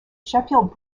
sheffield